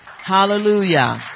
Hallelujah